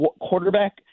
quarterback